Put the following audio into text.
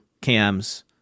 CAMs